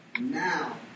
Now